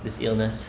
this illness